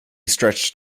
stretched